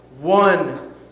one